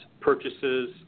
purchases